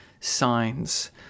signs